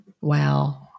Wow